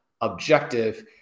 objective